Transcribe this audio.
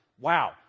wow